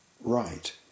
right